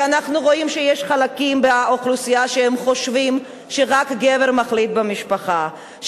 כשאנחנו רואים שיש חלקים באוכלוסייה שחושבים שרק גבר מחליט במשפחה,